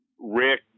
Rick